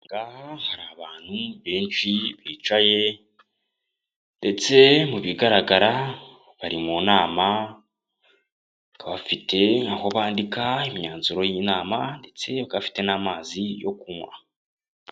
Aha ngaha hari abantu benshi bicaye ndetse mu bigaragara bari mu nama, bafite aho bandika imyanzuro y'inama ndetse yewe bakaba bafite n'amazi yo kunywa.